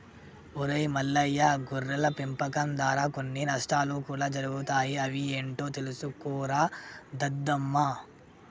ఒరై మల్లయ్య గొర్రెల పెంపకం దారా కొన్ని నష్టాలు కూడా జరుగుతాయి అవి ఏంటో తెలుసుకోరా దద్దమ్మ